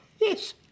Yes